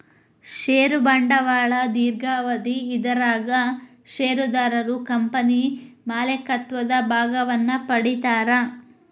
ಷೇರ ಬಂಡವಾಳ ದೇರ್ಘಾವಧಿ ಇದರಾಗ ಷೇರುದಾರರು ಕಂಪನಿ ಮಾಲೇಕತ್ವದ ಭಾಗವನ್ನ ಪಡಿತಾರಾ